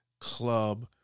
club